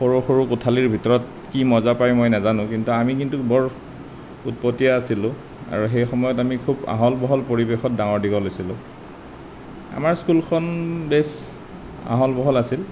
সৰু সৰু কোঠালিৰ ভিতৰত কি মজা পাই মই নাজানো কিন্তু আমি কিন্তু বৰ উৎপতীয়া আছিলোঁ আৰু সেইসময়ত আমি খুব আহল বহল পৰিৱেশত ডাঙৰ দীঘল হৈছিলোঁ আমাৰ স্কুলখন বেছ আহল বহল আছিল